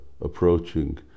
approaching